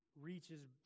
reaches